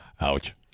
Ouch